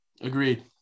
agreed